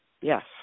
yes